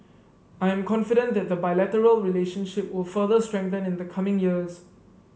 I am confident that the bilateral relationship will further strengthen in the coming years